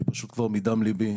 אני פשוט כבר מדם ליבי.